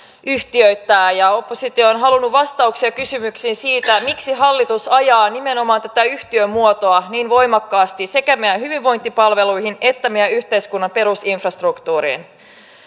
yhtiöittää ja oppositio on halunnut vastauksia kysymyksiin siitä miksi hallitus ajaa nimenomaan tätä yhtiömuotoa niin voimakkaasti sekä meidän hyvinvointipalveluihin että meidän yhteiskunnan perusinfrastruktuuriin